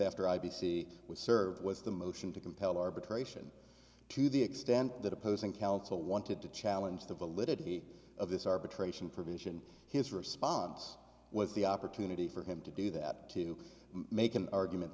after i b c was served was the motion to compel arbitration to the extent that opposing counsel wanted to challenge the validity of this arbitration provision his response was the opportunity for him to do that to make an argument